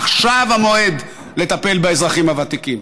עכשיו המועד לטפל באזרחים הוותיקים,